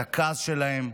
את הכעס שלהן.